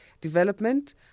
development